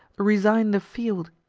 resign the field?